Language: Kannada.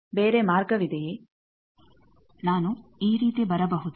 ಬೇರೆ ಮಾರ್ಗವಿದೆಯೇ ನಾನು ಈ ರೀತಿ ಬರಬಹುದೇ